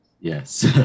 Yes